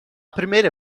primeira